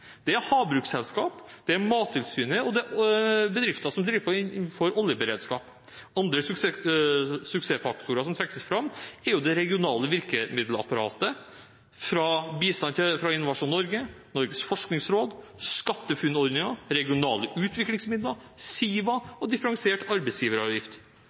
Det er havbruksselskap, Mattilsynet og bedrifter innen oljeberedskap. Andre suksessfaktorer som trekkes fram, er det regionale virkemiddelapparatet: bistand fra Innovasjon Norge, Norges forskningsråd, SkatteFUNN-ordningen, regionale utviklingsmidler, Siva og differensiert arbeidsgiveravgift.